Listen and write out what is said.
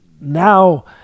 now